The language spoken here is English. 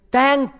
Thank